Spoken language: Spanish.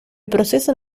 proceso